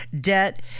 debt